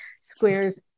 squares